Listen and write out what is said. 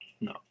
No